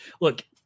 look